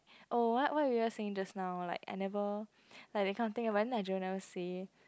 oh what what you guy saying just now like I never like that kind of thing but then like jerome never say